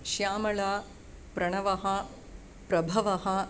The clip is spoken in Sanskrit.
श्यामला प्रणवः प्रभवः